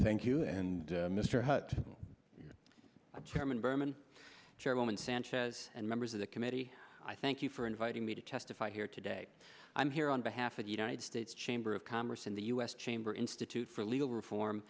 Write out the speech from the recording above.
thank you and mr hutt chairman berman chairwoman sanchez and members of the committee i thank you for inviting me to testify here today i'm here on behalf of the united states chamber of commerce and the u s chamber institute for legal reform